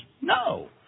No